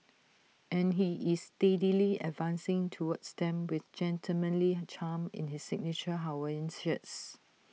and he is steadily advancing towards them with gentlemanly charm in his signature Hawaiian shirts